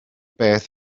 beth